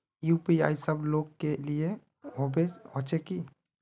UPI सब लोग के लिए होबे होचे की?